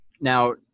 Now